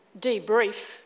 debrief